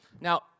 now